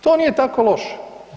To nije tako loše.